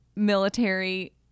military